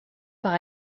par